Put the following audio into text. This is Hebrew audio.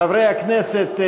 חברי הכנסת,